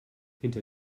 hinter